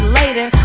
later